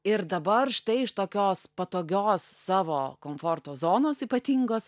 ir dabar štai iš tokios patogios savo komforto zonos ypatingos